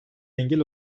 engel